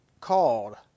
called